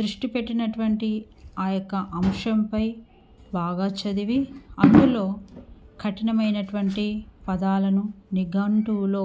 దృష్టి పెట్టినటువంటి ఆ యొక్క అంశంపై బాగా చదివి అందులో కఠినమైనటువంటి పదాలను నిఘంటువులో